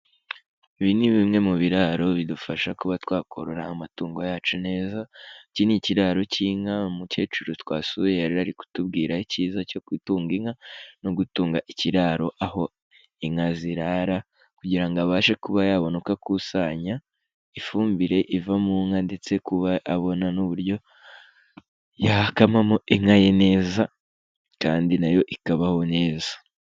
Ibi ni bimwe mu biraro bidufasha kuba twakorora amatungo yacu neza, iki ni ikiraro k'inka umukecuru twasuye yari ari kutubwira ikiza cyo gutunga inka no gutunga ikiraro aho inka zirara kugira ngo abashe kuba yabona uko akusanya ifumbire iva mu nka ndetse kuba abona n'uburyo yakamamo inka ye neza kandi nayo ikabaho neza.